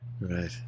Right